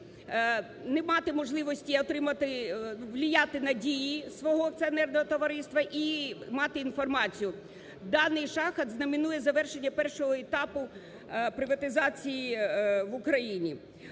не мати можливості отримати, влиять на дії свого акціонерного товариства і мати інформацію. Данный шаг знаменует завершення першого етапу приватизації в Україні.